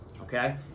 Okay